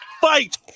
Fight